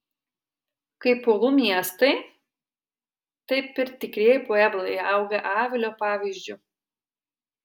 kaip uolų miestai taip ir tikrieji pueblai auga avilio pavyzdžiu